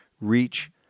Reach